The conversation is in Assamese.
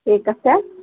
ঠিক আছে